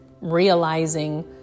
realizing